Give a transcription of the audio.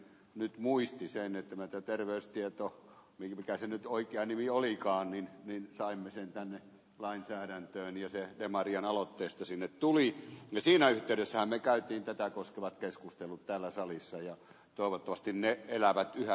nyt muistisäännöt ovat terveystieto minkä se nyt oikea nimi olikaan niin nyt saimme sentään lainsäädäntöön ja sen demarien aloitteesta sinne tuli ja siinä edessämme kaikki tätä koskeva keskustelu täällä salissa ja toivottavasti ne elävät yhä